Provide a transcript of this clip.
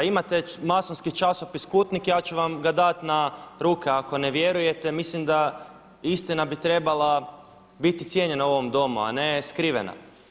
Imate masonski časopis „Kutnik“ ja ću vam ga dati na ruke ako ne vjerujete, mislim da istina bi trebala biti cijenjena u ovom Domu, a ne skrivena.